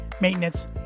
maintenance